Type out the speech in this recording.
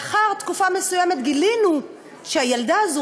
ולאחר תקופה מסוימת גילינו שהילדה הזאת,